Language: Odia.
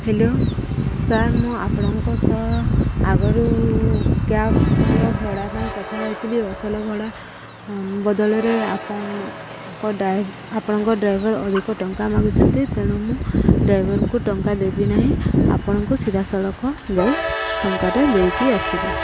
ହ୍ୟାଲୋ ସାର୍ ମୁଁ ଆପଣଙ୍କ ସହ ଆଗରୁ କ୍ୟାବ୍ର ଭଡ଼ା ପାଇଁ କଥା ହେଇଥିଲି ଅସଲ ଭଡ଼ା ବଦଳରେ ଆପଣଙ୍କ ଡା ଆପଣଙ୍କ ଡ୍ରାଇଭର୍ ଅଧିକ ଟଙ୍କା ମାଗୁଛନ୍ତି ତେଣୁ ମୁଁ ଡ୍ରାଇଭର୍ଙ୍କୁ ଟଙ୍କା ଦେବି ନାହିଁ ଆପଣଙ୍କୁ ସିଧାସଳଖ ଯାଇ ଟଙ୍କାଟା ଦେଇକି ଆସିବି